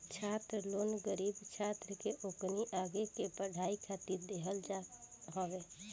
छात्र लोन गरीब छात्र के ओकरी आगे के पढ़ाई खातिर देहल जात हवे